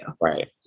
Right